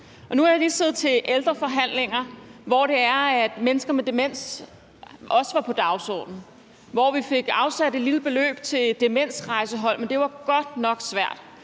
Nu har jeg lige siddet til ældreforhandlinger, hvor mennesker med demens også var på dagsordenen, og vi fik afsat et lille beløb til et demensrejsehold, men det var godt nok svært.